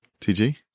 TG